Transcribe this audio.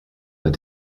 but